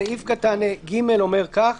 סעיף (ג) אומר כך: